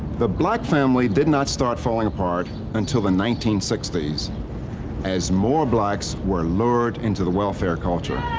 the black family did not start falling apart until the nineteen sixty s as more blacks were lured into the welfare culture.